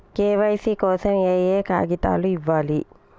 KYC కోసం ఏయే కాగితాలు ఇవ్వాలి?